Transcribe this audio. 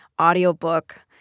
audiobook